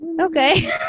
okay